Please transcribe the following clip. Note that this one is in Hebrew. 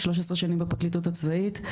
13 שנים בפרקליטות הצבאית,